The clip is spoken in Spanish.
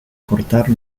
cortar